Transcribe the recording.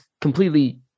completely